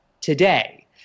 today